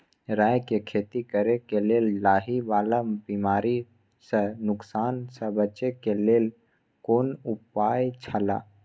राय के खेती करे के लेल लाहि वाला बिमारी स नुकसान स बचे के लेल कोन उपाय छला?